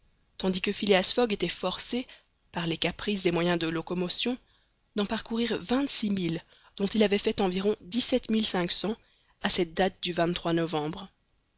tandis que phileas fogg était forcé par les caprices des moyens de locomotion d'en parcourir vingt-six mille dont il avait fait environ dix-sept mille cinq cents à cette date du novembre